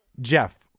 jeff